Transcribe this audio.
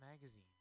magazine